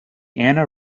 anna